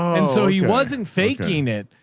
and so he wasn't faking it,